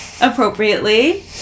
appropriately